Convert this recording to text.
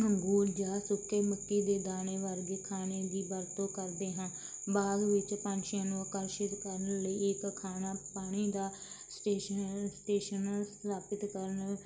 ਅੰਗੂਰ ਜਾਂ ਸੁੱਕੇ ਮੱਕੀ ਦੇ ਦਾਣੇ ਵਰਗੇ ਖਾਣੇ ਦੀ ਵਰਤੋਂ ਕਰਦੇ ਹਾਂ ਬਾਗ ਵਿੱਚ ਪੰਛੀਆਂ ਨੂੰ ਆਕਰਸ਼ਿਤ ਕਰਨ ਲਈ ਇੱਕ ਖਾਣਾ ਪਾਣੀ ਦਾ ਸਟੇਸ਼ਨ ਸਟੇਸ਼ਨ ਸਥਾਪਿਤ ਕਰਨ